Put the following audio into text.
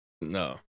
No